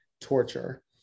Torture